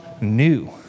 new